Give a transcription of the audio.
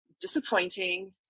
disappointing